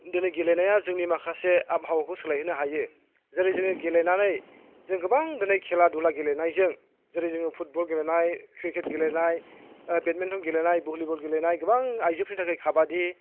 दिनै गेलेनाया जोंनि माखासे आबहावाखौ सोलाय होनो हायो जेरै जोङो गेलेनानै जों गोबां दिनै खेला दुला गेलेनायजों जेरै जोङो फुटबल गेलेनाय क्रिकेट गेलेनाय बेटमिन्टन गेलेनाय भलिबल गेलेनाय गोबां आइजोफोरनि थाखाय खाबादि